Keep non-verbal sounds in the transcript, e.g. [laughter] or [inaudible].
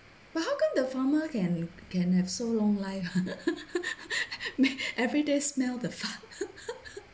but how come the farmer can can have so long life [laughs] everyday smell the fart